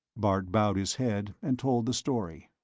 bart bowed his head and told the story.